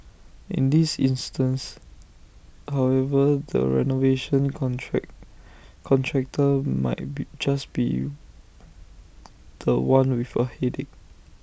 in this instance however the renovation contract contractor might be just be The One with A headache